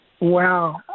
Wow